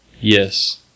Yes